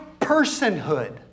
personhood